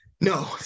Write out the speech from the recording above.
No